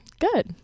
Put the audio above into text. good